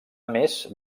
més